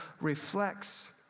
reflects